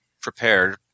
prepared